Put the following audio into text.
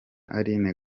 aline